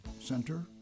Center